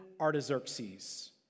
Artaxerxes